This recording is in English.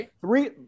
Three